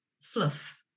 fluff